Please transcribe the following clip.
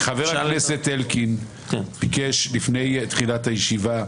חבר הכנסת אלקין ביקש לפני תחילת הישיבה,